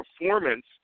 performance